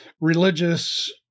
religious